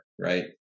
right